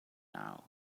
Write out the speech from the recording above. now